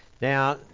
Now